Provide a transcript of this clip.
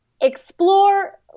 explore